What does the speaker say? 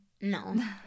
No